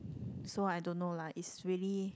so I don't know lah is really